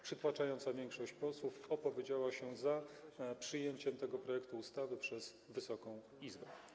Przytłaczająca większość posłów opowiedziała się za przyjęciem tego projektu ustawy przez Wysoką Izbę.